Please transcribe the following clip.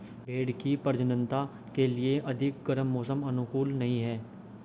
भेंड़ की प्रजननता के लिए अधिक गर्म मौसम अनुकूल नहीं है